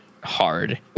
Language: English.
hard